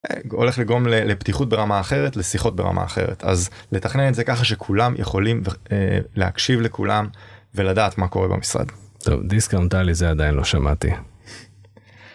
הולך לגרום לפתיחות ברמה אחרת לשיחות ברמה אחרת אז לתכנן את זה ככה שכולם יכולים להקשיב לכולם ולדעת מה קורה במשרד. דיסק אמרת לי זה עדיין לא שמעתי.